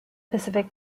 pacific